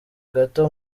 gato